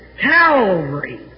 Calvary